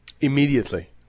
Immediately